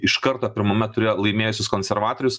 iš karto pirmame ture laimėjusius konservatorius